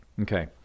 Okay